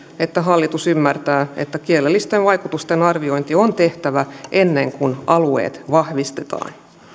että hallitus ymmärtää että kielellisten vaikutusten arviointi on tehtävä ennen kuin alueet vahvistetaan